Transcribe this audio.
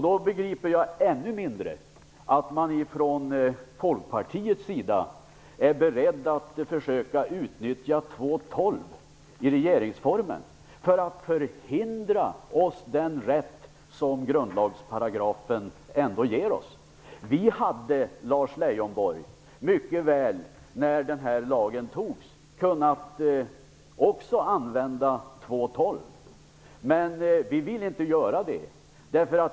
Då begriper jag ännu mindre att Folkpartiet är berett att försöka utnyttja 2 kap. 12 § i regeringsformen för att förvägra oss den rätt som grundlagsparagrafen ändå ger oss. När beslutet om den här lagen fattades hade också vi mycket väl kunnat använda 2 kap. 12 §, men vi ville inte göra det.